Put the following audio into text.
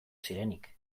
zirenik